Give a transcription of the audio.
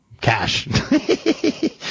cash